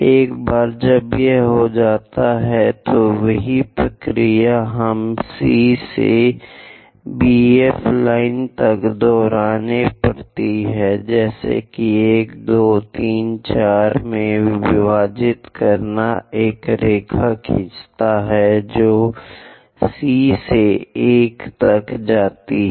एक बार जब यह हो जाता है तो वही प्रक्रिया हमें C से BF लाइन तक दोहरानी पड़ती है जैसे कि 1 2 3 4 में विभाजित करना एक रेखा खींचता है जो C से 1 तक जाती है